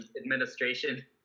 administration